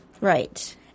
Right